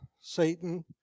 Satan